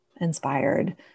inspired